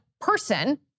person